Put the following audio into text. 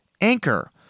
Anchor